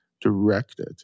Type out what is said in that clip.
directed